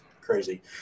crazy